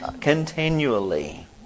continually